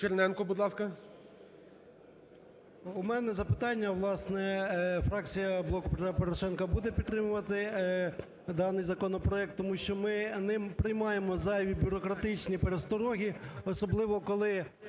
У мене запитання. Власне, фракція "Блоку Петра Порошенка" буде підтримувати даний законопроект, тому що ми не приймаємо зайві бюрократичні перестороги. особливо коли